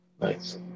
Nice